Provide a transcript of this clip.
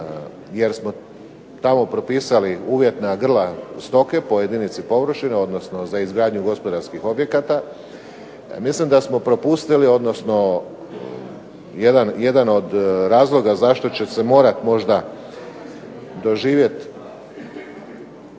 jer smo tamo propisali uvjetna grla stoke po jedinici površine, odnosno za izgradnju gospodarskih objekata. Mislim da smo propustili jedan od razloga zašto će se morati možda doživjeti